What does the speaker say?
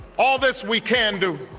all this we can do.